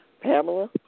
Pamela